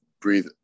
breathe